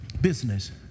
Business